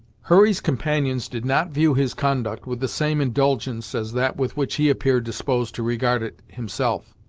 hurry's companions did not view his conduct with the same indulgence as that with which he appeared disposed to regard it himself.